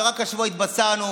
שרק השבוע התבשרנו על